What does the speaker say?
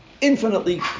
infinitely